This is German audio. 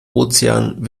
ozean